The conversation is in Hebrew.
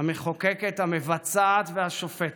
המחוקקת, המבצעת והשופטת,